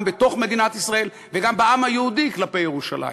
בתוך מדינת ישראל וגם בעם היהודי כלפי ירושלים.